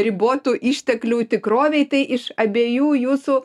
ribotų išteklių tikrovėj tai iš abiejų jūsų